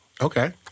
Okay